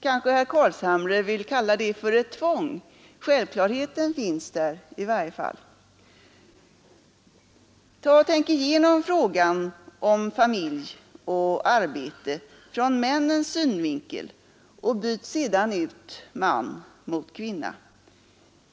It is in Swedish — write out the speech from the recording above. Kanske herr Carlshamre vill kalla det för ett tvång, men självklarheten finns i varje fall där. Tänk igenom frågan om familj och arbete ur männens synvinkel och byt sedan ut man mot kvinna.